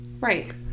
right